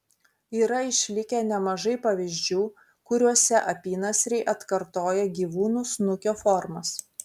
yra išlikę nemažai pavyzdžių kuriuose apynasriai atkartoja gyvūnų snukio formas